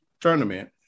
tournament